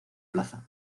plaza